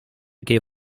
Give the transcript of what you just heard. give